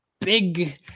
big